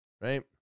right